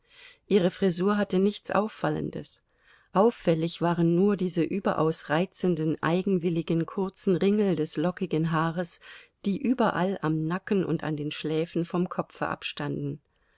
ihre frisur hatte nichts auffallendes auffällig waren nur diese überaus reizenden eigenwilligen kurzen ringel des lockigen haares die überall am nacken und an den schläfen vom kopfe abstanden